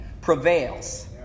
prevails